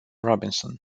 robinson